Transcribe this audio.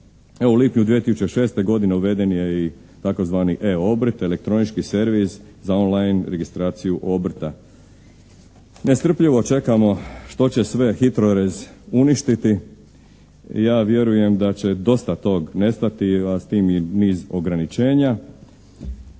Evo u lipnju 2006. godine uveden je i tzv. E-obrt, elektronički servis za one line registraciju obrta. Nestrpljivo čekamo što će sve HITRORez uništiti. Ja vjerujem da će dosta toga nestati, a s tim i niz ograničenja.